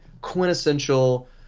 quintessential